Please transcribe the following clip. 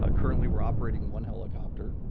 ah currently, we're operating one helicopter.